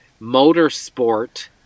motorsport